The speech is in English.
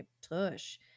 tush